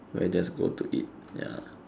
like just go to eat ya